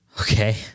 Okay